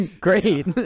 Great